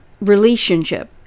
relationship